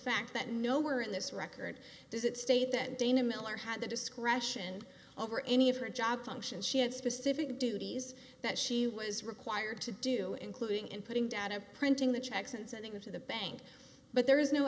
fact that nowhere in this record does it state that dana miller had the discretion over any of her job functions she had specific duties that she was required to do including inputting data printing the checks and sending them to the bank but there is no